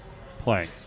playing